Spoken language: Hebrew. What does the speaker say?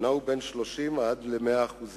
נעו בין 30% ל-100%,